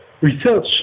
research